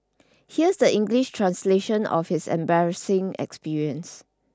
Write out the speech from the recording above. here is the English translation of his embarrassing experience